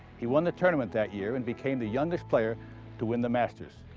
he won the tournament that year and became the youngest player to win the masters.